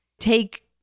take